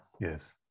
Yes